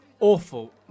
Awful